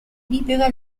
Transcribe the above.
libera